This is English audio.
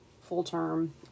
full-term